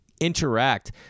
interact